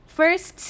first